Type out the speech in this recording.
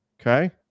Okay